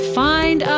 find